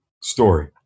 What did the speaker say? story